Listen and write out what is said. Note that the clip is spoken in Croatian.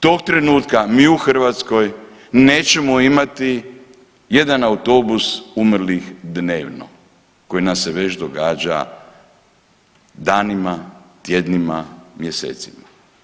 Tog trenutka mi u Hrvatskoj nećemo imati jedan autobus umrlih dnevno koji nam se već događa danima, tjednima, mjesecima.